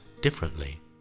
differently